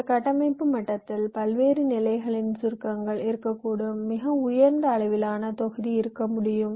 இந்த கட்டமைப்பு மட்டத்தில் பல்வேறு நிலைகளின் சுருக்கங்கள் இருக்கக்கூடும் மிக உயர்ந்த அளவிலான தொகுதி இருக்க முடியும்